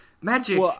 magic